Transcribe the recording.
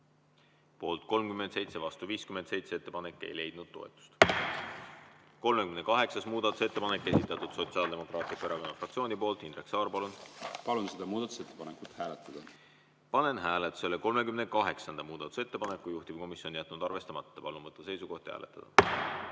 Poolt 37, vastu 57. Ettepanek ei leidnud toetust. 38. muudatusettepanek, esitatud Sotsiaaldemokraatliku Erakonna fraktsiooni poolt. Indrek Saar, palun! Palun seda muudatusettepanekut hääletada. Panen hääletusele 38. muudatusettepaneku. Juhtivkomisjon on jätnud arvestamata. Palun võtta seisukoht ja hääletada!